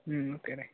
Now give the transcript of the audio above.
okay right